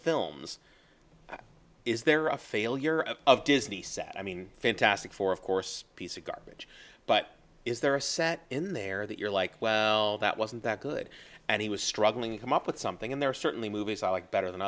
there a failure of disney set i mean fantastic four of course piece of garbage but is there a set in there that you're like well that wasn't that good and he was struggling come up with something in there certainly movies i like better than